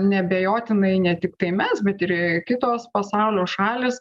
neabejotinai ne tiktai mes bet ir kitos pasaulio šalys